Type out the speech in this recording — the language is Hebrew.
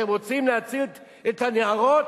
אתם רוצים להציל את הנערות?